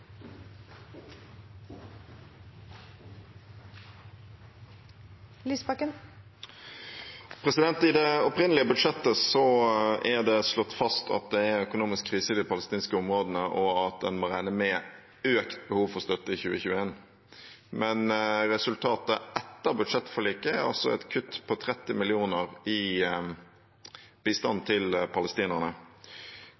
det slått fast at det er økonomisk krise i de palestinske områdene, og at en må regne med økt behov for støtte i 2021. Men resultatet etter budsjettforliket er et kutt på 30 mill. kr i